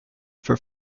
for